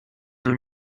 den